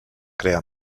crear